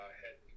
head